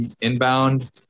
inbound